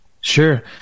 Sure